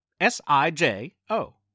S-I-J-O